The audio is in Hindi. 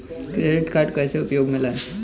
क्रेडिट कार्ड कैसे उपयोग में लाएँ?